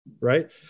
Right